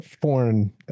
foreign